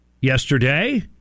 yesterday